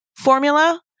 formula